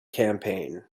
campaign